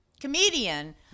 comedian